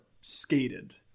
skated